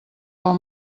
del